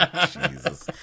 Jesus